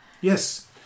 Yes